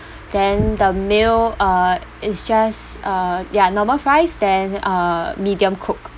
then the meal uh is just uh ya normal fries then uh medium coke